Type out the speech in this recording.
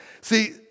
See